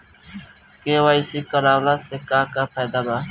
KYC करवला से का का फायदा बा?